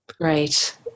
Right